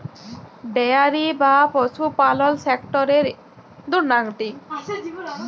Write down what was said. dairy বা পশুপালল সেক্টরের এই উদ্যগ লিয়া হ্যয় সরকারের দিঁয়ে